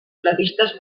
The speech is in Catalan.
previstes